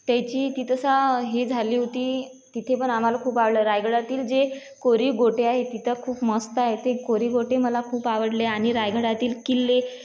त्याची तितसा हे झाली होती तिथे पण आम्हाला खूप आवडलं रायगडातील जे कोरीव गोटे आहेत तिथं खूप मस्त आहे ते कोरीव गोटे मला खूप आवडले आणि रायगडातील किल्ले